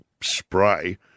spray